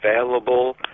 available